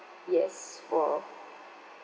yes for